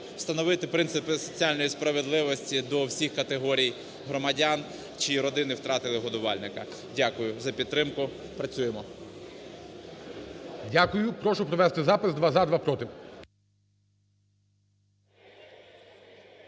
встановити принципи соціальної справедливості до всіх категорій громадян чи родин, які втратили годувальника. Дякую за підтримку. Працюємо. ГОЛОВУЮЧИЙ. Дякую. Прошу провести запис : два – за, два – проти.